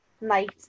night